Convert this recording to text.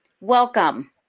Welcome